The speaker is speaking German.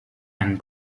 einen